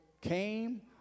came